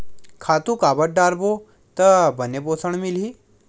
खातु काबर डारबो त बने पोषण मिलही?